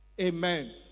Amen